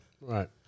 Right